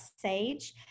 Sage